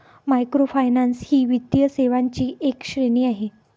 microfinance ही वित्तीय सेवांची एक श्रेणी आहे